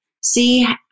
see